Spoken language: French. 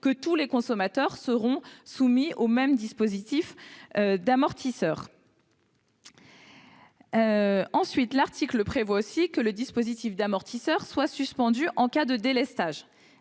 que tous les consommateurs seront soumis au même dispositif d'amortisseur ? L'article prévoit aussi que le dispositif d'amortisseur soit suspendu en cas de délestage.